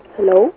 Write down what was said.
Hello